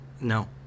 No